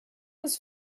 was